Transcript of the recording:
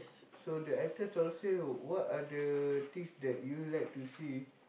so the items on sale what are the things that you like to see